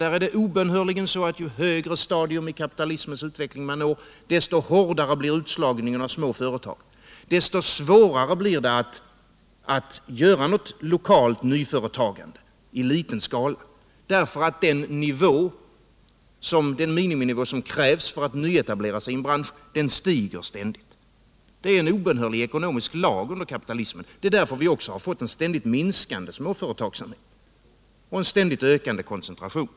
Där är det obönhörligen så, att ju högre stadium i kapitalismens utveckling man når, desto hårdare blir utslagningen av små företag, desto svårare blir det att få till stånd något lokalt nyföretagande i liten skala. Den miniminivå som krävs för att man skall kunna nyetablera sig i en bransch stiger ständigt. Detta är en obönhörlig ekonomisk lag under kapitalismen. Det är därför som vi har fått en ständigt minskande småföretagsamhet och en ständigt ökande koncentration.